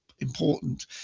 Important